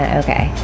okay